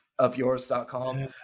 upyours.com